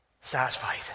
satisfied